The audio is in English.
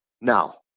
Now